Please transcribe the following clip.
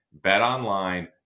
BetOnline